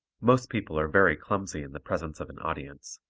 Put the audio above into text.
most people are very clumsy in the presence of an audience.